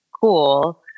cool